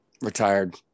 retired